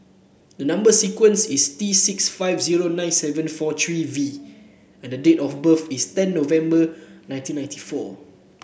the number sequence is T six five zero nine seven four three V and the date of birth is ten November nineteen ninety four